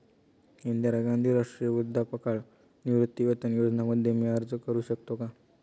इंदिरा गांधी राष्ट्रीय वृद्धापकाळ निवृत्तीवेतन योजना मध्ये मी अर्ज का करू शकतो का?